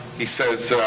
he says,